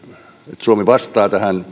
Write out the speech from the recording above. että suomi vastaa